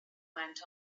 went